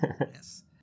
Yes